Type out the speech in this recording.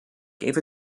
gave